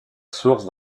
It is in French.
source